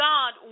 God